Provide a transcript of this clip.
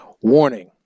warning